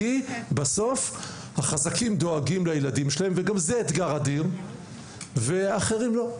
כי בסוף החזקים דואגים לילדים שלהם וגם זה אתגר אדיר ואחרים לא.